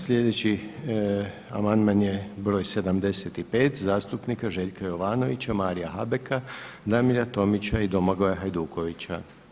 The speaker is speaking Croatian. Sljedeći amandman je br. 75. zastupnika Željka Jovanovića, Marija Habeka, Damira Tomića i Domagoja Hajdukovića.